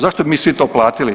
Zašto bi mi svi to platili.